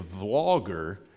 vlogger